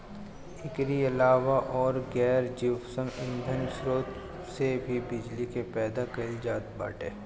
एकरी अलावा अउर गैर जीवाश्म ईधन स्रोत से भी बिजली के पैदा कईल जात बाटे